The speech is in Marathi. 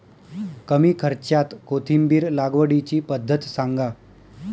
कमी खर्च्यात कोथिंबिर लागवडीची पद्धत सांगा